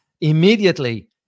Immediately